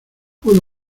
puedo